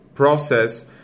process